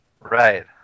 Right